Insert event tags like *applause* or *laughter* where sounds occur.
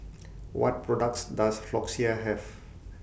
*noise* What products Does Floxia Have